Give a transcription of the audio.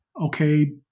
okay